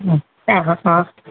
ம் ஆஹ ஆ